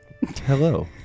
Hello